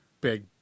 big